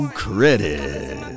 credit